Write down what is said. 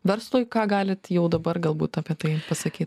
verslui ką galit jau dabar galbūt apie tai pasakyt